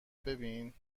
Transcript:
ببینین